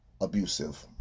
abusive